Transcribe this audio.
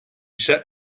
set